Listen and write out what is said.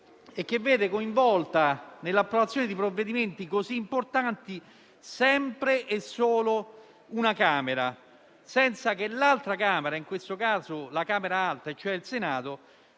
e che vede coinvolta nell'approvazione di provvedimenti così importanti sempre e solo una Camera, senza che l'altra, in questo caso la Camera alta, il Senato,